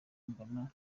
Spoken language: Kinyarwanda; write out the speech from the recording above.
mbona